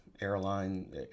airline